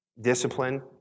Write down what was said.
Discipline